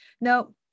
Now